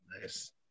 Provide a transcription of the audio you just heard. nice